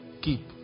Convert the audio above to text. Keep